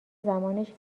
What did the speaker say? زمانش